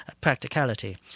practicality